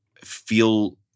feel